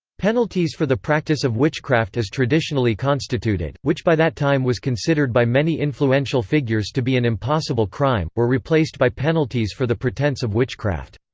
penalties for the practice of witchcraft as traditionally constituted, which by that time was considered by many influential figures to be an impossible crime, crime, were replaced by penalties for the pretence of witchcraft.